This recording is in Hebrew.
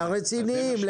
זה הרציניים.